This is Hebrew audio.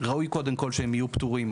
שראוי קודם כל שהם יהיו פטורים.